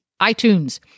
iTunes